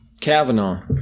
Kavanaugh